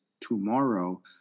tomorrow